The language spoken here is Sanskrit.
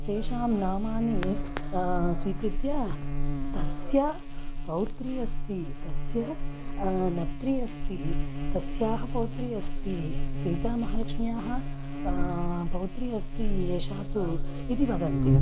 तेषां नामानि स्वीकृत्य तस्य पौत्री अस्ति तस्य नप्त्री अस्ति तस्याः पौत्री अस्ति सीतामहालक्ष्म्याः पौत्री अस्ति एषा तु इति वदन्ति